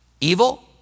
evil